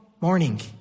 morning